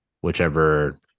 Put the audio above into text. whichever